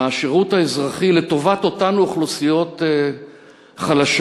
בשירות האזרחי לטובת אותן אוכלוסיות חלשות?